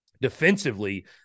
defensively